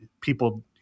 people –